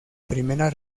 primera